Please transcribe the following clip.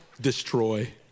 destroy